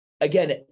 Again